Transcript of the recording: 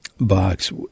box